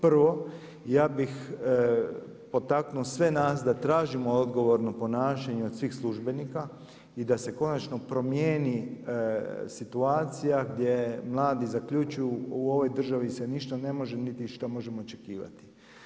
Prvo, ja bih potaknuo sve nas da tražimo odgovorno ponašanje od svih službenika i da se konačno promijeni situacija gdje mladi zaključuju u ovoj državi se ništa ne može niti išta možemo očekivati.